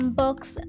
books